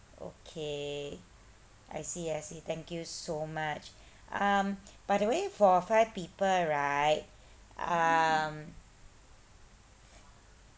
okay I see I see thank you so much um by the way for five people right um